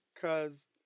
Cause